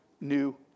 new